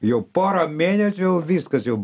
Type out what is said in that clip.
jau porą mėnesių jau viskas jau